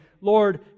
lord